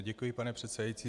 Děkuji, pane předsedající.